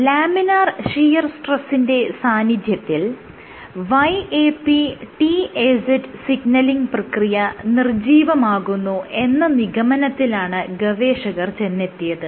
laminar shear സ്ട്രെസ്സിന്റെ സാന്നിധ്യത്തിൽ YAPTAZ signalling പ്രക്രിയ നിർജ്ജീവമാകുന്നു എന്ന നിഗമനത്തിലാണ് ഗവേഷകർ ചെന്നെത്തിയത്